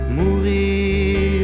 mourir